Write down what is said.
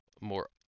more